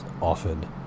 often